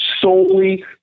solely